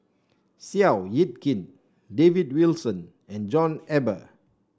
Seow Yit Kin David Wilson and John Eber